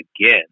again